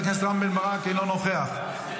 סע, סע, תפסיק לדבר שטויות.